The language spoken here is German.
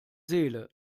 seele